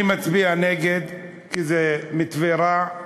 אני מצביע נגד כי זה מתווה רע,